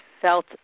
felt